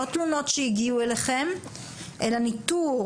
לא תלונות שהגיעו אליכם, אלא ניטור